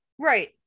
right